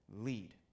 lead